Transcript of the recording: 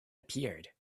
appeared